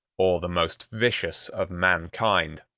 or the most vicious of mankind.